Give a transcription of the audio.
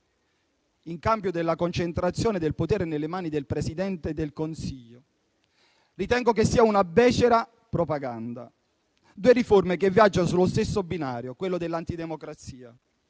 in cambio della concentrazione del potere nelle mani del Presidente del Consiglio, ritengo che sia una becera propaganda. Due riforme che viaggiano sullo stesso binario, quello dell'antidemocrazia,